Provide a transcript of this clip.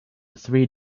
three